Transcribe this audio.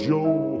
Joe